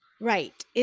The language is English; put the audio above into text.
Right